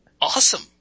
Awesome